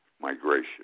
migration